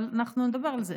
אבל נדבר על זה.